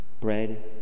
bread